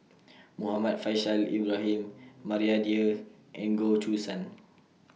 Muhammad Faishal Ibrahim Maria Dyer and Goh Choo San